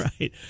Right